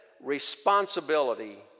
responsibility